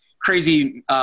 crazy –